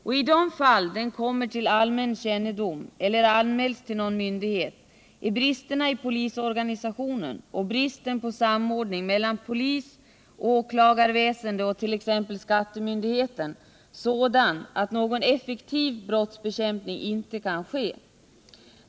Och i de fall den kommer till allmän kännedom, eller anmäls till någon myndighet, är bristerna i polisorganisationen och bristen på samordning mellan polis, åklagarväsende och t.ex. skattemyndigheten sådan att nå 161 gon effektiv brottsbekämpning inte kan ske.